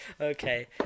Okay